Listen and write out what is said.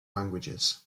languages